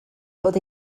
bod